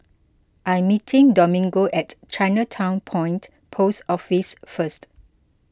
I'm meeting Domingo at Chinatown Point Post Office first